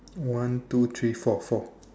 one two three four four